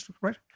right